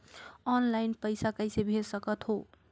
Online पइसा कइसे भेज सकत हो?